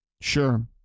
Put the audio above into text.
Sure